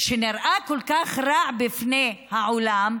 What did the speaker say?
שנראה כל כך רע בפני העולם,